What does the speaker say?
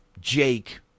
Jake